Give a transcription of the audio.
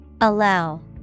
Allow